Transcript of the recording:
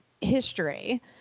history